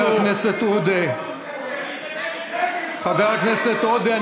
כל הסיפור הזה, חבר הכנסת עודה.